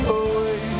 away